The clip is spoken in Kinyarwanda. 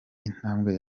intambwe